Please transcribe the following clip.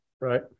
Right